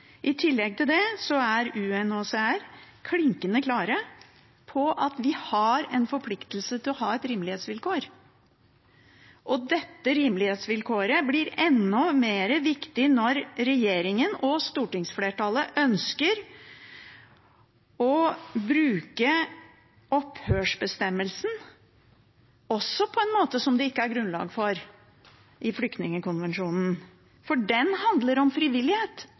I tillegg til det er UNHCR klinkende klare på at vi har en forpliktelse til å ha et rimelighetsvilkår. Dette rimelighetsvilkåret blir enda mer viktig når regjeringen og stortingsflertallet ønsker å bruke opphørsbestemmelsen også på en måte som det ikke er grunnlag for i flyktningkonvensjonen, for den bestemmelsen handler om frivillighet,